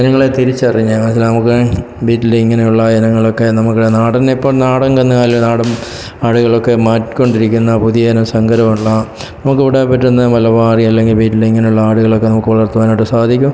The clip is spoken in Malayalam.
ഇതുങ്ങളെ തിരിച്ചറിഞ്ഞ് നമുക്ക് വീട്ടിൽ ഇങ്ങനെയുള്ള ഇനങ്ങളൊക്കെ നമുക്ക് നാടനിപ്പം നാടൻ കന്നുകാലികളാ ആടും ആടുകളൊക്കെ മാറ്റിക്കൊണ്ടിരിക്കുന്ന പുതിയ ഇനം സംകര ഉള്ള നമുക്ക് ഇവിടെ പറ്റുന്ന മലബാറി അല്ലെങ്കിൽ ബില്ലി ഇങ്ങനെയുള്ള ആടുകളൊക്കെ നമുക്ക് വളർത്തുവാനായിട്ട് സാധിക്കും